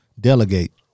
delegate